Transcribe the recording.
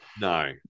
No